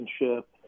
relationship